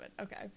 okay